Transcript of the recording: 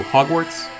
Hogwarts